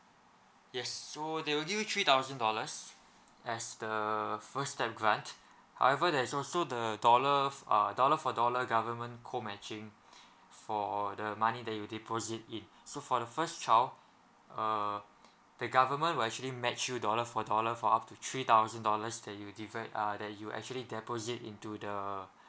yes so they will you three thousand dollars as the first step grant however there's also the dollar f~ uh dollar for dollar government co matching for the money that you deposit in so for the first child uh the government will actually match you dollar for dollar for up to three thousand dollars that you depo~ uh that you actually deposit into the